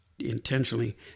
intentionally